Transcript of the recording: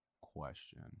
question